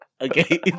Okay